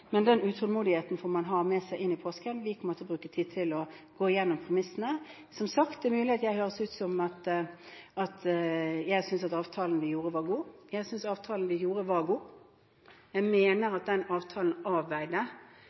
men den utålmodigheten får man ha med seg inn i påsken – vi kommer til å bruke tid på å gå igjennom premissene. Det er mulig at jeg høres ut som jeg synes at avtalen vi gjorde, var god. Ja, jeg synes avtalen vi gjorde, var god. Jeg mener at den avtalen